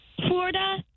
Florida